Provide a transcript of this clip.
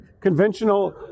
Conventional